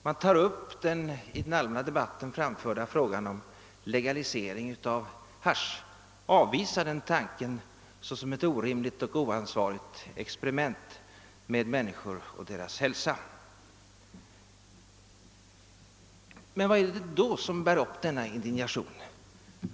Man tar upp den i den allmänna debatten framförda tanken på legalisering av hasch men avvisar den såsom ett orimligt och oansvarigt experiment med människor och deras hälsa. Men vad är det då som bär upp denna indignation?